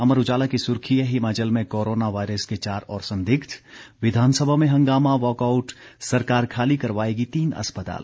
अमर उजाला की सुर्खी है हिमाचल में कोरोना वायरस के चार और संदिग्ध विधानसभा में हंगामा वाकआउट सरकार खाली करवाएगी तीन अस्पताल